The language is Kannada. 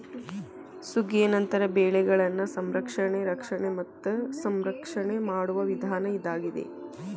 ಸುಗ್ಗಿಯ ನಂತರ ಬೆಳೆಗಳನ್ನಾ ಸಂರಕ್ಷಣೆ, ರಕ್ಷಣೆ ಮತ್ತ ಸಂಸ್ಕರಣೆ ಮಾಡುವ ವಿಧಾನ ಇದಾಗಿದೆ